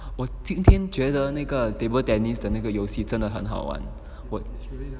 我今天觉得那个 table tennis 的那个游戏真的很好玩